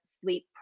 sleep